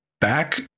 back